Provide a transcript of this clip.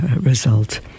result